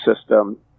system